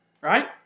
right